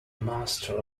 master